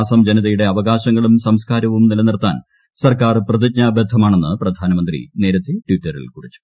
അസ്സം ജനതയുടെ അവകാശങ്ങളും സംസ്കാരവും നിലനിർത്താൻ സർക്കാർ പ്രതിജ്ഞാബദ്ധമാണെന്ന് പ്രധാനമന്ത്രി നേരത്തെ ടിറ്ററിൽ കുറിച്ചു